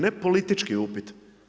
Ne politički upit.